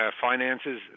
finances